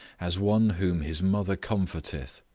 as one whom his mother comforteth,